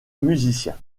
musicien